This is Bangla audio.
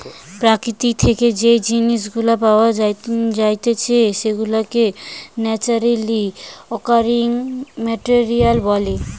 প্রকৃতি থেকে যেই জিনিস গুলা পাওয়া জাতিকে সেগুলাকে ন্যাচারালি অকারিং মেটেরিয়াল বলে